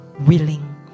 willing